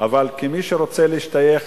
אבל כמי שרוצה להשתייך